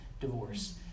divorce